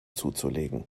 zuzulegen